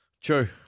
True